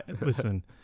Listen